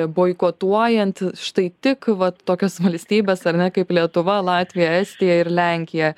boikotuojant štai tik vat tokias valstybes ar ne kaip lietuva latvija estija ir lenkija